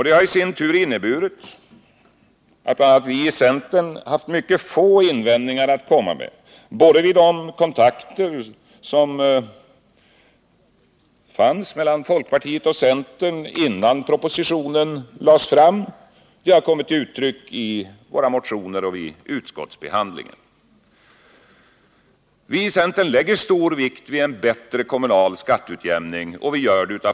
Det har i sin tur inneburit att bl.a. vi i centern haft mycket få invändningar att komma med både vid de kontakter som förekommit mellan folkpartiet och centern innan propositionen lades fram och det som kommit till uttryck i våra motioner och vid utskottsbehandlingen. Vi i centern lägger av flera skäl stor vikt vid en bättre kommunal skatteutjämning.